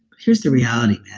here's the reality,